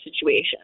situation